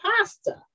pasta